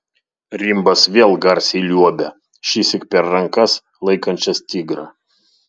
rimbas vėl garsiai liuobia šįsyk per rankas laikančias tigrą